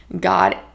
god